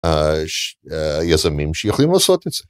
היזמים שיכולים לעשות את זה.